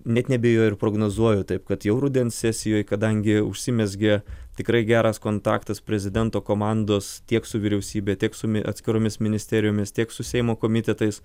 net neabejoju ir prognozuoju taip kad jau rudens sesijoj kadangi užsimezgė tikrai geras kontaktas prezidento komandos tiek su vyriausybe tiek su mi atskiromis ministerijomis tiek su seimo komitetais